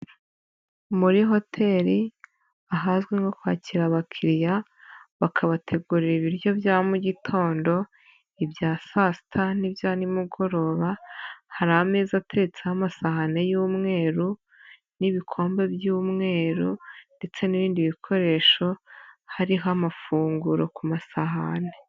muri hoteli, ahazwi nko kwakira abakiriya, bakabategurira ibiryo bya mu gitondo, ibya saa sita n'ibya nimugoroba, hari ameza atetseho amasahani y'umweru n'ibikombe by'umweru ndetse n'ibindi bikoresho, hariho amafunguro ku masahani.